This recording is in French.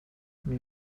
mais